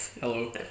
hello